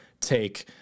take